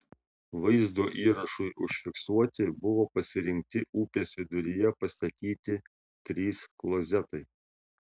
vaizdo įrašui užfiksuoti buvo pasirinkti upės viduryje pastatyti trys klozetai